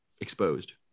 exposed